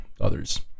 others